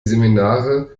seminare